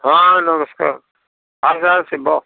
ହଁ ନମସ୍କାର ଆଜ୍ଞା ଶିବ